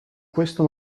questo